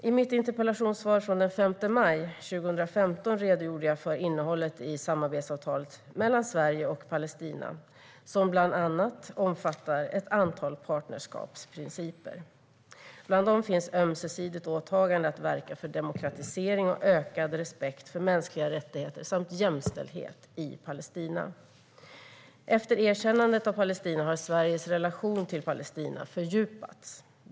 I mitt interpellationssvar från den 5 maj 2015 redogjorde jag för innehållet i samarbetsavtalet mellan Sverige och Palestina som bland annat omfattar ett antal partnerskapsprinciper. Bland dem finns ett ömsesidigt åtagande att verka för demokratisering och ökad respekt för mänskliga rättigheter samt jämställdhet i Palestina. Efter erkännandet av Palestina har Sveriges relation till Palestina fördjupats.